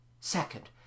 second